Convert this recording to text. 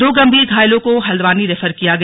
दो गंभीर घायलों को हल्द्वारी रेफर किया गया